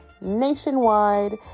nationwide